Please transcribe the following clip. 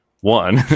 one